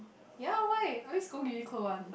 ya why I always go Uniqlo one